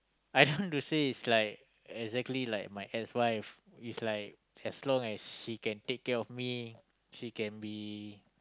I don't want to say is like exactly like my ex wife is like as long as she can take care of me she can be